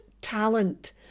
talent